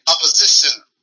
opposition